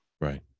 Right